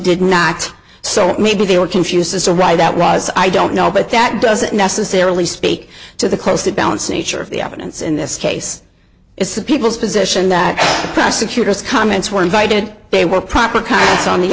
did not so maybe they were confused as to why that was i don't know but that doesn't necessarily speak to the close to balance nature of the evidence in this case it's the people's position that the prosecutor's comments were invited they were proper contents on the